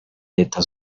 leta